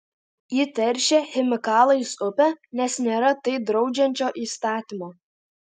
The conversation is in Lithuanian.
ji teršia chemikalais upę nes nėra tai draudžiančio įstatymo